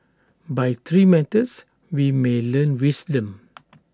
by three methods we may learn wisdom